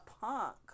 punk